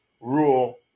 rule